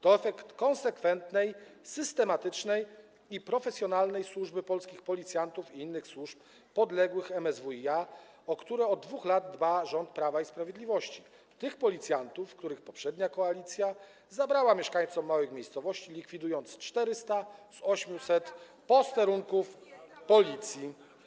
To efekt konsekwentnej, systematycznej i profesjonalnej pracy polskich policjantów i innych służb podległych MSWiA, o które od 2 lat dba rząd Prawa i Sprawiedliwości - tych policjantów, których poprzednia koalicja zabrała mieszkańcom małych miejscowości, likwidując 400 z 800 posterunków Policji.